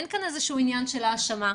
אין כאן איזשהו עניין של האשמה,